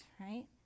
right